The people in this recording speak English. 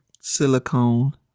silicone